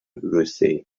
odyssee